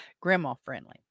grandma-friendly